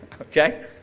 okay